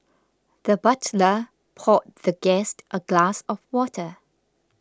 the butler poured the guest a glass of water